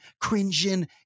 cringing